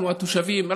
אנחנו התושבים,